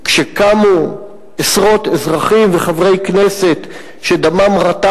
וכשקמו עשרות אזרחים וחברי כנסת שדמם רתח